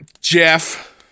Jeff